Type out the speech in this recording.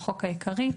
החוק העיקרי),